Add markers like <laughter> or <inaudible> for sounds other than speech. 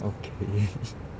okay <laughs>